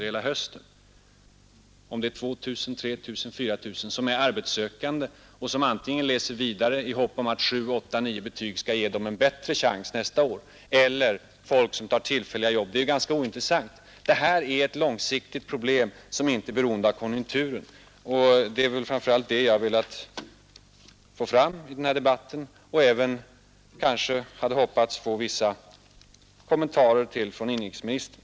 Om totala antalet arbetssökande nu är 2 000, 3 000 eller 4 000 och om de läser vidare i hopp om att sju, åtta eller nio betyg skall ge dem en bättre chans nästa år, eller om det är människor som tar tillfälliga jobb, är ganska ointressant. Det är ett långsiktigt problem, som inte är beroende av konjunkturen. Det är framför allt den saken jag har velat poängtera i denna debatt, och jag hade där också hoppats att få några kommentarer från inrikesministern.